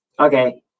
Okay